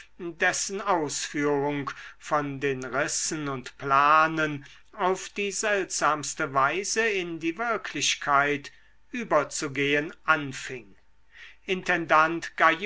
dessen ausführung von den rissen und planen auf die seltsamste weise in die wirklichkeit überzugehen anfing intendant